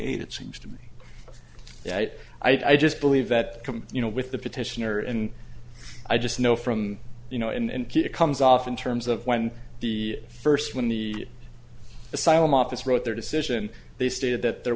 eight it seems to me that i just believe that come you know with the petitioner and i just know from you know and keep it comes off in terms of when the first when the asylum office wrote their decision they stated that there